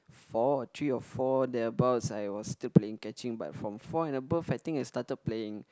four or three or four thereabouts I was still playing catching but from four and above I think I started playing